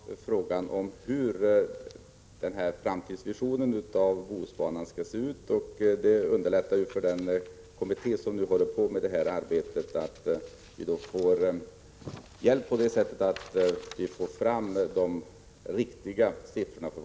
Herr talman! Jag tar fasta på kommunikationsministerns intresse av att diskutera denna framtidsvision av Bohusbanan, och det underlättar för den kommitté som arbetar att få hjälp att ta fram de riktiga siffrorna.